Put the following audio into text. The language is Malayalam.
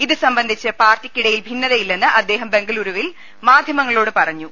ഇതുസംബന്ധിച്ച് പാർട്ടിക്കിടയിൽ ഭിന്നതയില്ലെന്ന് അദ്ദേഹം ബെങ്കലൂരുവിൽ മാധ്യമങ്ങളോട് പറ ഞ്ഞു